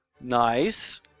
Nice